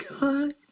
God